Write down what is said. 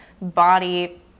body